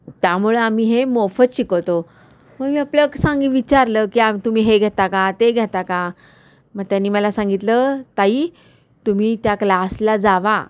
त्यामुळं आम्ही हे मोफत शिकवतो मग मी आपलंक सांग विचारलं की आ तुम्ही हे घेता का ते घेता का मग त्यांनी मला सांगितलं ताई तुम्ही त्या क्लासला जावा